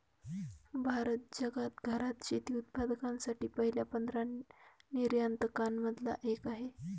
भारत जगात घरात शेती उत्पादकांसाठी पहिल्या पंधरा निर्यातकां न मधला एक आहे